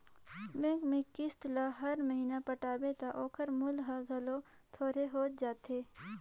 bank में किस्त ल हर महिना पटाबे ता ओकर मूल हर घलो थोरहें होत जाथे